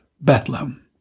Bethlehem